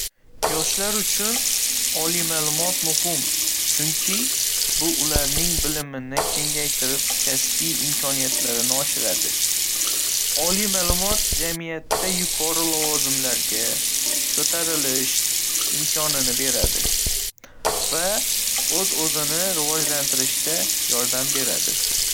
Yoshlar uchun oliy ma’lumot muhim, chunki bu ularning bilimini kengaytirib, kasbiy imkoniyatlarni oshiradi. Oliy ma’lumot jamiyatda yuqori lavozimlarga ko‘tarilish imkonini beradi va o‘z-o‘zini rivojlantirishda yordam beradi.